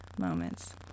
moments